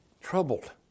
Troubled